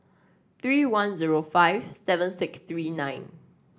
three one zero five seven six three nine